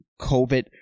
COVID